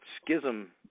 schism